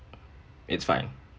it's fine